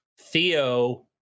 Theo